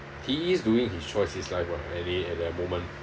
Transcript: he is doing his choice his life [what] any at the moment